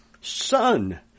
Son